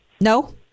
no